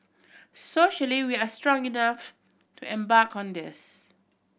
socially we are strong enough to embark on this